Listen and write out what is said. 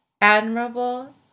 admirable